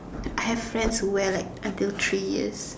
I have friends who wear until like three years